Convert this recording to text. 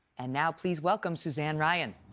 and now please welcome suzanne ryan.